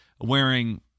wearing